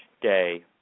day